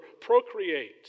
procreate